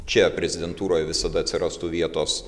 čia prezidentūroj visada atsirastų vietos